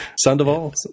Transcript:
Sandoval